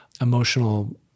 emotional